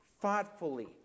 thoughtfully